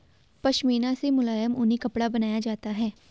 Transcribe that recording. पशमीना से मुलायम ऊनी कपड़ा बनाया जाता है